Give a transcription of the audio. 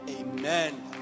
Amen